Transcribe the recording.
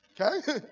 okay